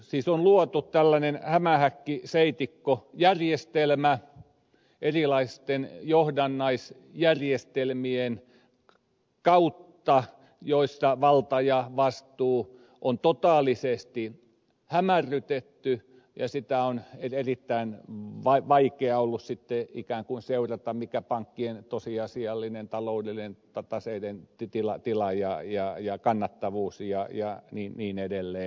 siis on luotu tällainen hämähäkkiseitikkojärjestelmä erilaisten johdannaisjärjestelmien kautta joista valta ja vastuu on totaalisesti hämärrytetty jolloin on erittäin vaikea ollut sitten ikään kuin seurata mikä pankkien tosiasiallinen taseiden tila ja kannattavuus ja niin edelleen